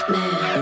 Man